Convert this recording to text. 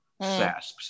SASPs